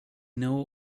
know